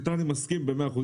איתו אני מסכים במאה אחוז.